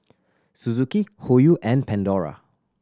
Suzuki Hoyu and Pandora